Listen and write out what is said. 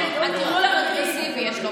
הטרלול הפרוגרסיבי, יש לו